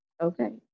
okay